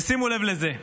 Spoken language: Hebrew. ושימו לב לזה,